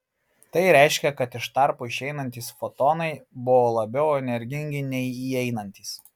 tai reiškia kad iš tarpo išeinantys fotonai buvo labiau energingi nei įeinantys